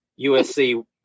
USC